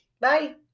Bye